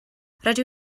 rydw